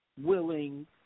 willing